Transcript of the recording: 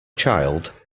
child